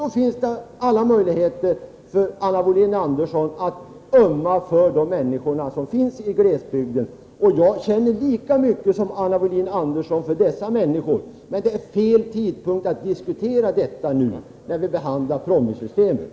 Då finns det alla möjligheter för Anna Wohlin Andersson att ömma för människorna i glesbygden. Jag känner lika mycket som hon för dessa människor. Det är bara det att det är fel tidpunkt att diskutera den saken nu i samband med behandlingen av PROMIS-systemet.